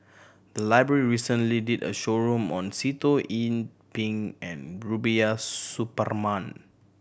the library recently did a show road on Sitoh Yih Pin and Rubiah Suparman